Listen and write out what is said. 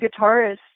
guitarist